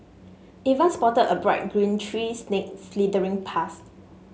even spotted a bright green tree snake slithering past